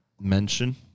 mention